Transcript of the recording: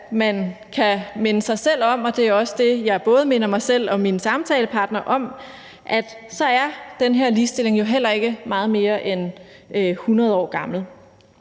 at man kan minde sig selv om, og det er også det, jeg både minder mig selv og min samtalepartner om, at så er den her ligestilling jo heller ikke meget mere end 100 år gammel.